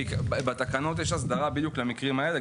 בתקנות יש הסדרה בדיוק למקרים האלה,